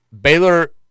Baylor